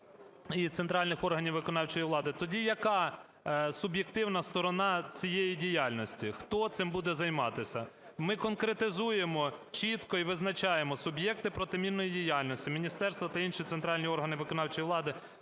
і центральних органів виконавчої влади, тоді яка суб'єктивна сторона цієї діяльності? Хто цим буде займатися? Ми конкретизуємо чітко і визначаємо: "суб'єкти протимінної діяльності – міністерства, інші центральні органи виконавчої влади